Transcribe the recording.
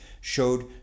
showed